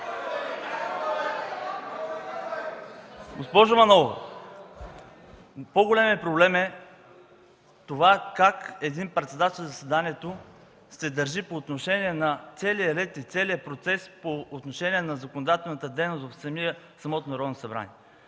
Госпожо Манолова, по-големият проблем е как един председател на заседанието се държи по отношение на целия ред и целия процес на законодателната дейност в самото Народно събрание.